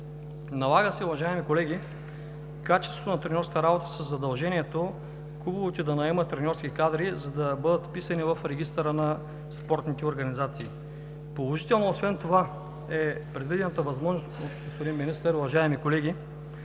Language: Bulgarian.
Налага се, уважаеми колеги, качеството на треньорската работа със задължението клубовете да наемат треньорски кадри, за да бъдат вписани в регистъра на спортните организации. Положително е, освен това предвидената възможност, господин Министър, уважаеми колеги,